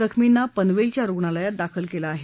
जखमींना पनवेलच्या रूग्णालयात दाखल केलं आहे